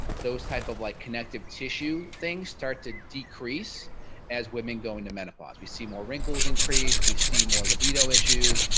those type of like connective tissue things start to decrease as women go into menopause. we see more wrinkles increase. we see more libido issues.